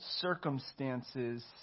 circumstances